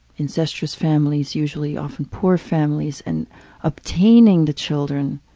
incestuous families usually, often poor families, and obtaining the children,